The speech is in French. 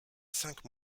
cinq